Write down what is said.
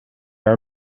are